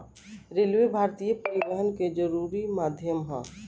railway भारतीय परिवहन के जरुरी माध्यम ह